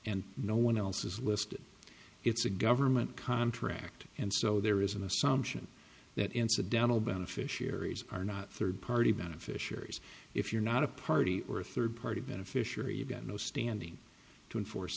and no one else is listed it's a government contract and so there is an assumption that incidental beneficiaries are not third party beneficiaries if you're not a party or a third party beneficiary you've got no standing to enforce